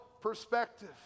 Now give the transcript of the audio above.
perspective